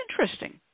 interesting